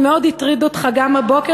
זה מאוד הטריד אותך הבוקר,